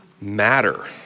matter